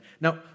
Now